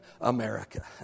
America